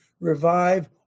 revive